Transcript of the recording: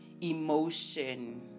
emotion